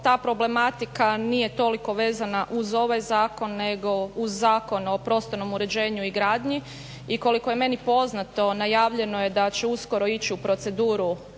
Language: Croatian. ta problematika nije toliko vezana uz ovaj zakon nego uz Zakon o prostornom uređenju i gradnji. I koliko je meni poznato najavljeno je da će uskoro ići u proceduru